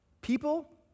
People